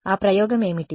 ఆ ప్రయోగం ఏమిటి